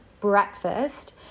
breakfast